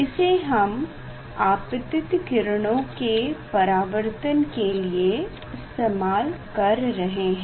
इसे हम आपतित किरणों के परावर्तन के लिए इस्तेमाल कर रहे हैं